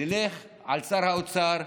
נלך על שר האוצר,